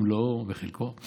במלואו או בחלקו.